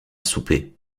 souper